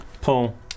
pull